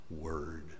word